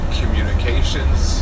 communications